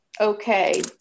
Okay